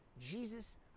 Jesus